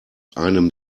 einem